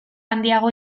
handiago